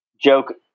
joke